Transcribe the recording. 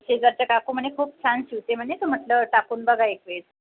शेजारच्या काकू म्हणे खूप छान शिवते म्हणे तर म्हटलं टाकून बघावं एक वेळेस